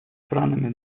странами